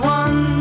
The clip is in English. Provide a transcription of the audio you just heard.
one